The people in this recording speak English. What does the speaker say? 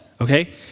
okay